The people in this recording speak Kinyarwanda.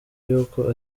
y’uko